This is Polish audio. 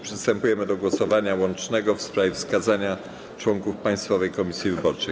Przystępujemy do głosowania łącznego w sprawie wskazania członków Państwowej Komisji Wyborczej.